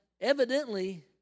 evidently